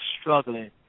struggling